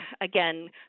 again